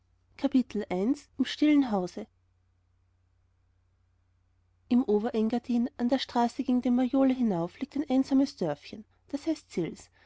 im stillen hause im ober engadin an der straße gegen den maloja hinauf liegt ein einsames dörfchen das heißt